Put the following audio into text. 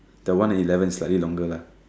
the one at eleven is slightly longer right